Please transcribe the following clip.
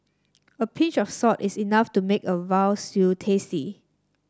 a pinch of salt is enough to make a veal stew tasty